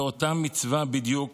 באותה מצווה בדיוק,